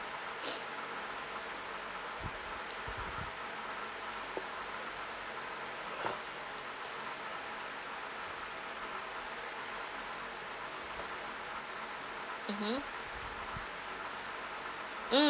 (uh huh) mm